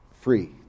free